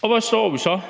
Hvor står vi så?